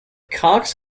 cox